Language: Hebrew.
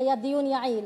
זה היה דיון יעיל.